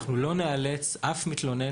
אנחנו לא ניאלץ אף מתלוננת